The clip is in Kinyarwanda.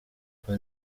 kuko